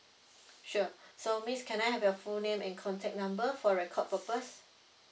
sure so miss can I have your full name and contact number for record purpose